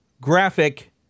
graphic